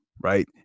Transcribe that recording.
right